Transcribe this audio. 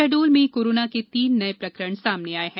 शहडोल में कोरोना के तीन नये प्रकरण सामने आये हैं